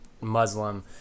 Muslim